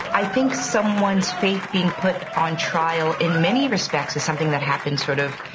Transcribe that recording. i think someone's faith being put on trial, in many respects, is something that happens, sort of,